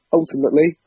ultimately